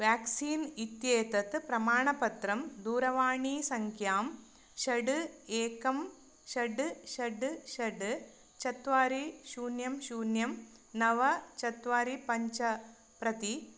vaccine इत्येतत् प्रमाणपत्रं दूरवाणीसङ्ख्यां षड् एकं षड् षड् षड् चत्वारि शून्यं शून्यं नव चत्वारि पञ्च प्रति